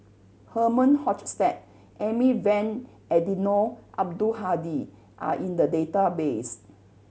Herman Hochstadt Amy Van Eddino Abdul Hadi are in the database